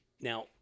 now